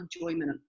enjoyment